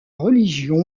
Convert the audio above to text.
religion